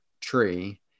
tree